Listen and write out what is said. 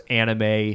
anime